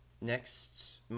next